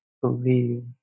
believe